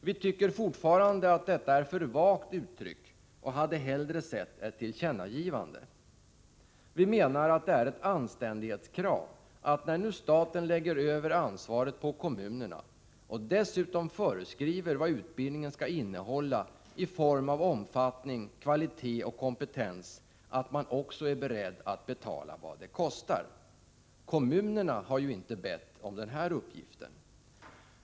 Vi tycker fortfarande att detta är för vagt uttryckt och hade hellre sett ett tillkännagivande. Vi menar att det är ett anständighetskrav att staten är beredd att betala vad det kostar när man nu lägger över ansvaret på kommunerna och dessutom föreskriver vad utbildningen skall innehålla i form av omfattning, kvalitet och kompetens. Kommunerna har ju inte bett om den här uppgiften!